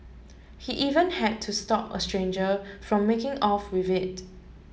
he even had to stop a stranger from making off with it